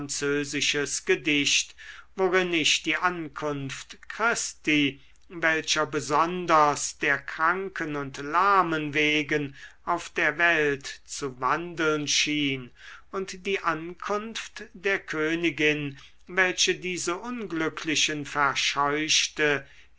gedicht worin ich die ankunft christi welcher besonders der kranken und lahmen wegen auf der welt zu wandeln schien und die ankunft der königin welche diese unglücklichen verscheuchte